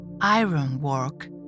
ironwork